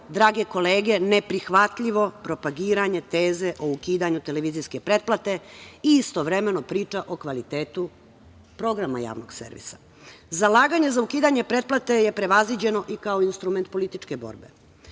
drage kolege, neprihvatljivo propagiranje teze o ukidanju televizijske pretplate i istovremeno priča o kvalitetu programa javnog servisa. Zalaganje za ukidanje pretplate je prevaziđeno i kao instrument političke borbe.